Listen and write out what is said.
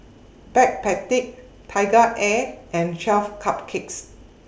Backpedic TigerAir and twelve Cupcakes